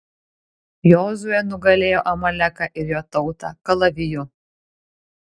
jozuė nugalėjo amaleką ir jo tautą kalaviju